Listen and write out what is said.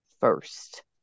first